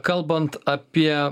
kalbant apie